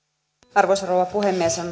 arvoisa rouva puhemies